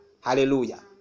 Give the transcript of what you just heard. Hallelujah